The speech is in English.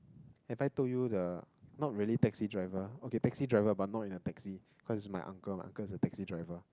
have I told the not really taxi driver okay taxi driver but not in a taxi cause it's my uncle my uncle is a taxi driver